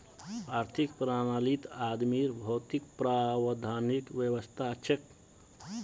आर्थिक प्रणालीत आदमीर भौतिक प्रावधानेर व्यवस्था हछेक